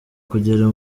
kugera